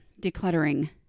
decluttering